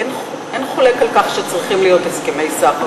אין חולק על כך שצריכים להיות הסכמי סחר